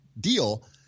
deal